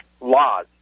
Laws